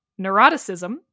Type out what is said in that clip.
neuroticism